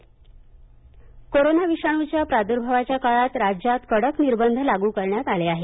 metre reading corona विषाणूच्या प्रादूर्भावाच्या काळात राज्यात कडक निर्बंध लागू करण्यात आले आहेत